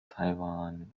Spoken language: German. taiwan